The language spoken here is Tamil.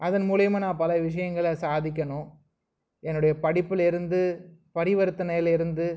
அதன் மூலிமா நான் பல விஷயங்கள சாதிக்கணும் என்னுடைய படிப்புலேர்ந்து பரிவர்த்தனலேர்ந்து